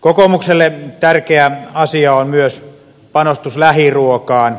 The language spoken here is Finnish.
kokoomukselle tärkeä asia on myös panostus lähiruokaan